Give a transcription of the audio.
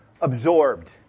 absorbed